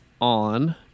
on